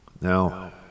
Now